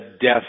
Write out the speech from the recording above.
death